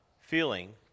feeling